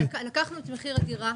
לקחנו את מחיר הדירה.